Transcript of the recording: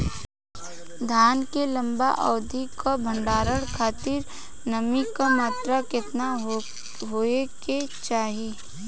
धान के लंबा अवधि क भंडारण खातिर नमी क मात्रा केतना होके के चाही?